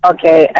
Okay